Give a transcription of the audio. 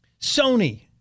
Sony